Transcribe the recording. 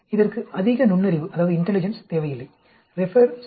எனவே இதற்கு அதிக நுண்ணறிவு தேவையில்லை